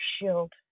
shield